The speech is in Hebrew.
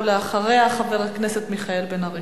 אחריה, חבר הכנסת מיכאל בן-ארי.